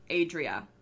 Adria